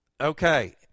Okay